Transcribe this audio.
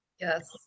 Yes